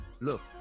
look